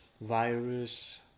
virus